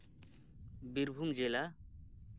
ᱵᱤᱨᱵᱷᱩᱢ ᱡᱮᱞᱟ